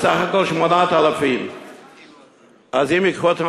סך הכול 8,000. אז אם ייקחו אותם